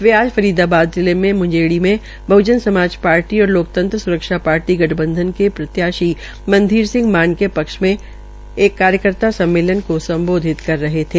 वे आज फरीदाबाद जिले मे मुजेड़ी में बहजन समाज पार्टी और लोकतंत्र स्रक्षा पार्टी गठबंधन के प्रत्याशी मनधीर सिंह मान के पक्ष मे एक कार्यकर्ता सम्मेलन के सम्बोधित कर रहे थे